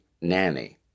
Nanny